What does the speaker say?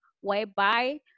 whereby